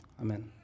Amen